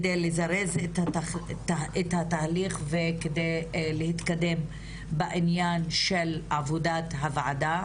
כדי לזרז את התהליך וכדי להתקדם בעניין של עבודת הוועדה.